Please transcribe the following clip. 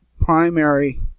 primary